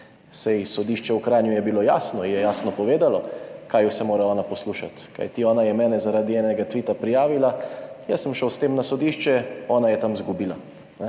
saj sodišče v Kranju je bilo jasno, je jasno povedalo, kaj vse mora ona poslušati. Kajti ona je mene zaradi enega tvita prijavila, jaz sem šel s tem na sodišče, ona je tam izgubila.